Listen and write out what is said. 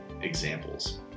examples